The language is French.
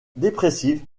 dépressive